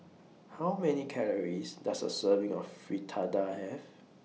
How Many Calories Does A Serving of Fritada Have